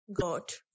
got